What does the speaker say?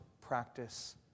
practice